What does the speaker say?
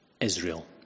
Israel